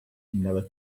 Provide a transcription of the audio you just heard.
never